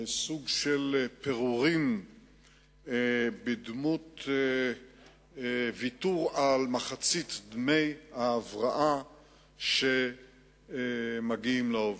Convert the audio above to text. סוג של פירורים בדמות ויתור על מחצית דמי ההבראה שמגיעים לעובדים.